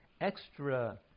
extra